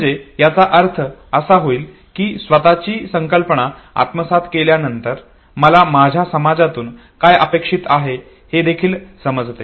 म्हणजे याचा अर्थ असा होईल की स्वतची संकल्पना आत्मसात केल्यानंतर मला माझ्या समाजातून काय अपेक्षीत आहे हे देखील समजते